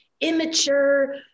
immature